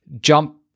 jump